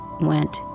went